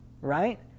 right